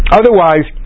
otherwise